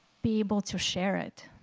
be able to share it,